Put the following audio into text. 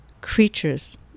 creatures